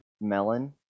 Melon